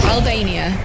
Albania